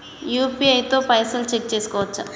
UPI తో పైసల్ check చేసుకోవచ్చా?